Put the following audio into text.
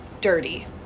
dirty